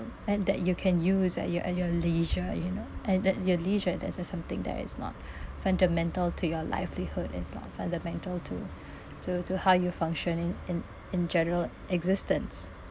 and that you can use at your at your leisure you know and that your leisure that that is something that is not fundamental to your livelihood it's not fundamental to to how you functioning in in general existence